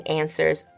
answers